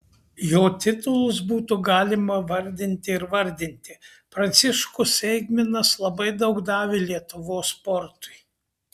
jo titulus būtų galima vardinti ir vardinti pranciškus eigminas labai daug davė lietuvos sportui